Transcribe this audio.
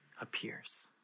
appears